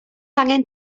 angen